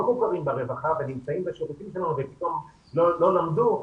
מוכרים ברווחה ונמצאים בשירותים שלנו ופתאום לא למדו,